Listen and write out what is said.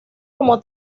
como